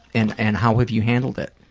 and and how have you handled it?